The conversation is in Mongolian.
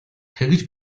тэгж